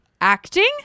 Acting